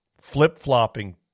Flip-flopping